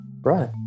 right